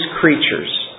creatures